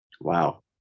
Wow